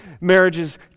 marriages